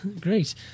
Great